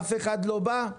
אף אחד לא בא?